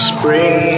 Spring